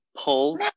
pull